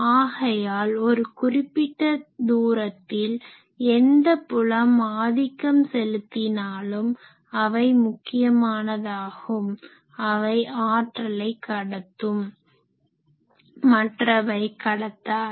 ஆகையால் ஒரு குறிப்பிட்ட தூரத்தில் எந்த புலம் ஆதிக்கம் செலுத்தினாலும் அவை முக்கியமானதாகும் அவை ஆற்றலை கடத்தும் மற்றவை கடத்தாது